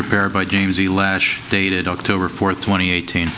prepared by james e lash dated october fourth twenty eighteen